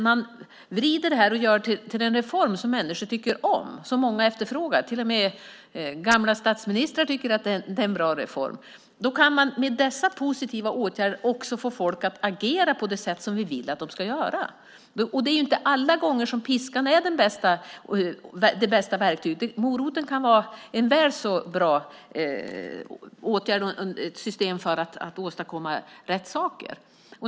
Man vrider det till en reform som många efterfrågar. Till och med gamla statsministrar tycker att det är en bra reform. Med dessa positiva åtgärder kan vi också få människor att agera på det sätt som vi vill att de ska göra. Det är inte alla gånger som piskan är det bästa verktyget. Moroten kan vara en väl så bra åtgärd i ett system för att åstadkomma rätt saker.